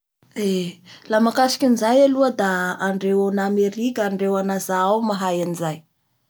Eee! La ny mahakasiky anizay aloha da andreo anamerika andreo a Nasa ao ny mahay anizay.